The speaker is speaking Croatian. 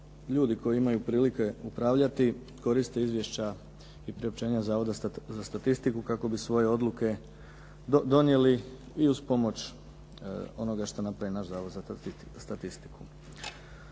ljudi koji imaju prilike upravljati koriste izvješća i priopćenja Zavoda za statistiku kako bi svoje odluke donijeli i uz pomoć onoga što napravi naš Zavod za statistiku.